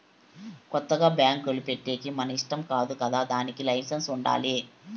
కొత్తగా బ్యాంకులు పెట్టేకి మన ఇష్టం కాదు కదా దానికి లైసెన్స్ ఉండాలి